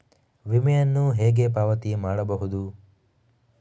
ವಿಮೆಯನ್ನು ಹೇಗೆ ಪಾವತಿ ಮಾಡಬಹುದು?